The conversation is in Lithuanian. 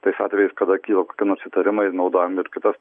tais atvejais kada kyla kokie nors įtarimai ir naudojam ir kitas